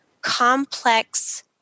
complex